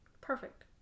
Perfect